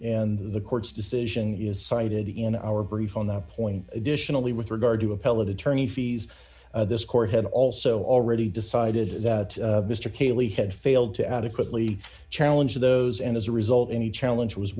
and the court's decision is cited in our brief on that point additionally with regard to appellate attorney fees this court had also already decided that mr cayley had failed to adequately challenge those and as a result any challenge was